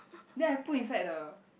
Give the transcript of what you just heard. then I put inside the